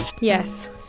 Yes